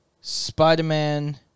Spider-Man